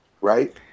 right